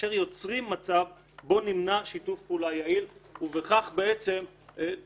אשר יוצרים מצב בו נמנע שיתוף פעולה יעיל; ובכך למנוע